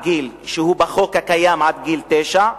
שבחוק הקיים ניתנים עד גיל תשע,